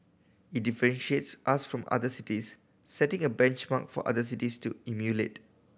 it differentiates us from other cities setting a benchmark for other cities to emulate